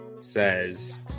says